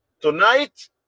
Tonight